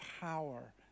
power